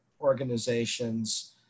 organizations